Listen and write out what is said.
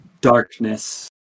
darkness